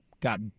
got